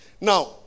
Now